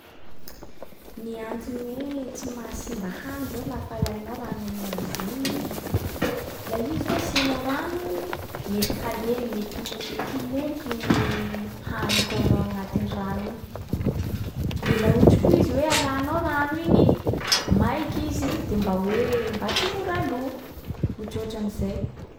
Ny antony hoe tsy mahasimba hany zao lafa alainao rano aminazy igny, l- laha i zao asianao rano, mety halemy, mety hi- ho monky igny hany ataonao agnatin’ny rano iny. De laha ohatry koa izy hoe alanao rano iny, maiky izy de mba hoe- mba tsy mora lo. Ohatraohatran’zay.